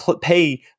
pay